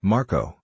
Marco